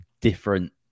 different